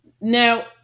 Now